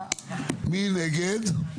מי נגד?